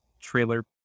trailer